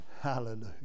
hallelujah